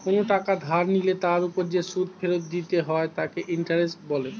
কোনো টাকা ধার নিলে তার উপর যে সুদ ফেরত দিতে হয় তাকে ইন্টারেস্ট বলে